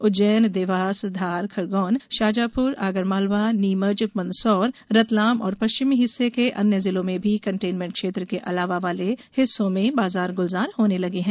उज्जैन देवास धार खरगोन शाजापुर आगरमालवा नीमच मंदसौर रतलाम और पश्चिमी हिस्से के अन्य जिलों में भी कंटेनमेंट क्षेत्र के अलावा वाले हिस्सों में बाजार गुलजार होने लगे हैं